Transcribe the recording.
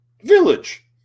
village